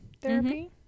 therapy